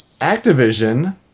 Activision